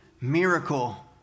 miracle